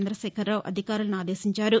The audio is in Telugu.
చందశేఖరరావు అధికారులను ఆదేశించారు